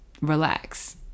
relax